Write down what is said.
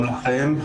שלום לכם.